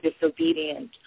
disobedient